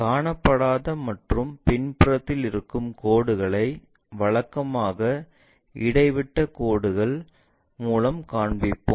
காணப்படாத மற்றும் பின்புறத்தில் இருக்கும் கோடுகளை வழக்கமாக இடைவிட்டக் கோடுகள் கோடுகள் மூலம் காண்பிப்போம்